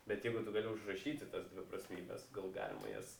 bet jeigu tu gali užrašyti tas dviprasmybes gal galima jas